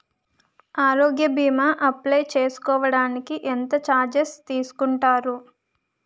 ఆరోగ్య భీమా అప్లయ్ చేసుకోడానికి ఎంత చార్జెస్ తీసుకుంటారు?